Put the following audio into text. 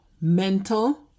mental